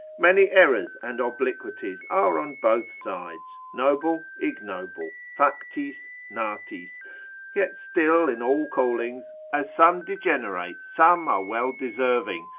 many errors and obliquities are on both sides, noble, ignoble, factis, natis yet still in all callings, as some degenerate, some are well deserving,